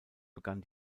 begann